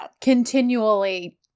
continually